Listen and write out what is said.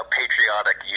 patriotic